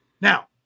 Now